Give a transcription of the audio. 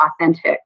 authentic